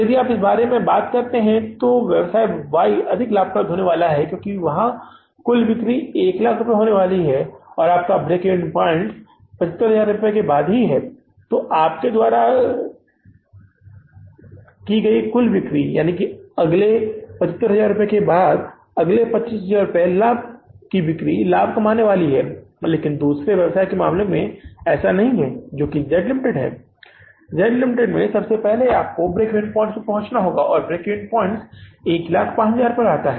यदि आप इस बारे में बात करते हैं तो व्यवसाय Y अधिक लाभदायक होने वाला है क्योंकि कुल बिक्री 100000 रुपये होने वाली है और आपका ब्रेक इवन पॉइंट्स 75000 रुपये के बाद है इसलिए उसके बाद आपके द्वारा की गई बिक्री के अगले 25000 रुपये आप लाभ कमाने जा रहे हैं लेकिन दूसरे व्यवसाय के मामले में ऐसा नहीं होने जा रहा है जो कि Z Ltd है Z Ltd में सबसे पहले आपको ब्रेक इवन पॉइंट्स तक पहुँचना होगा और ब्रेक इवन पॉइंट्स 105000 पर आता है